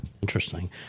Interesting